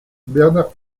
bernard